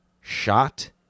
shot